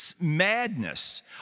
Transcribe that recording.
madness